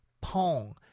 Pong